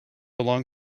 along